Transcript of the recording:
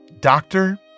doctor